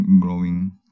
growing